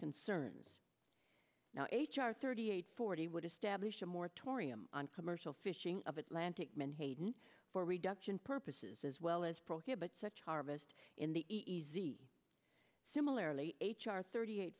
concerns now h r thirty eight forty would establish a moratorium on commercial fishing of atlantic menhaden for reduction purposes as well as prohibits such harvest in the easy similarly h r thirty eight